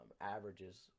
averages